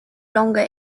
longer